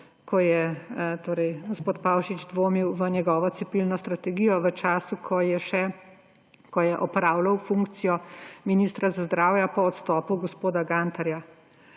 ko je gospod Pavšič dvomil v njegovo cepilno strategijo v času, ko je še opravljal funkcijo ministra za zdravje po odstopu gospoda Gantarja,